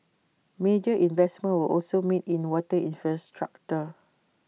major investments were also made in water infrastructure